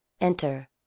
Enter